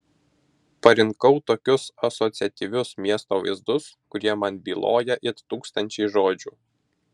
parinkau tokius asociatyvius miesto vaizdus kurie man byloja it tūkstančiai žodžių